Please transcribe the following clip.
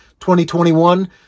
2021